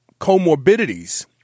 comorbidities